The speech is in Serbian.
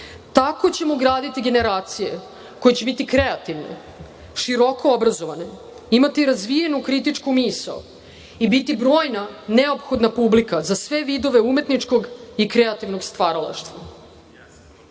Tako ćemo graditi generacije koje će biti kreativne, široko obrazovane, imati razvijenu kritičku misao i biti brojna neophodna publika za sve vidove umetničkog i kreativnog stvaralaštva. Moderna,